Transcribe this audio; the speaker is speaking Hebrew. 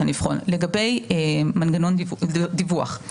לגבי מנגנון דיווח.